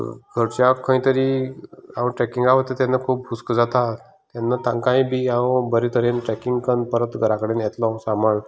घरच्यांक खंय तरी हांव ट्रेकिंगाक वता तेन्ना हुस्को जाता तेन्ना तांकाय बी हांव बरें तरेन ट्रेकिंग कन् परत घरा कडेन येतलो सांबाळ